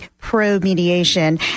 pro-mediation